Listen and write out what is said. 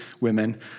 women